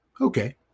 Okay